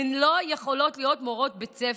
הן לא יכולות להיות מורות בית ספר.